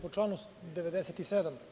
Po članu 97.